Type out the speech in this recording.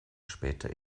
später